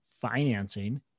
financing